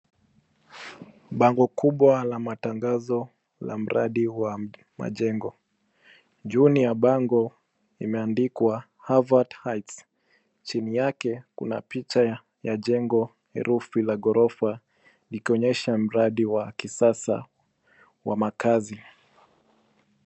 Bango kubwa la matangazo la mradi wa majengo. Juu ni ya bango imeandikwa Hayat heights , chini yake kuna picha ya jengo herufi la ghorofa likionyesha mradi wa kisasa wa makaazi.